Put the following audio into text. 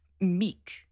meek